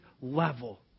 level